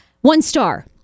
one-star